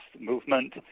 Movement